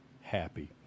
happy